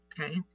okay